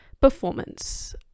performance